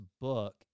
book